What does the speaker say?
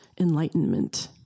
enlightenment